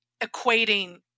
equating